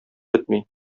бетми